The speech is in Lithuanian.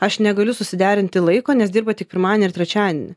aš negaliu susiderinti laiko nes dirba tik pirmadienį ir trečiadienį